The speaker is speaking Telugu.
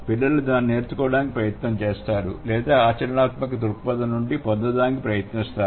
పిల్లలు దానిని నేర్చుకోవడానికి ప్రయత్నిస్తారు లేదా ఆచరణాత్మక దృక్పథం నుండి పొందడానికి ప్రయత్నిస్తారు